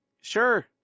Sure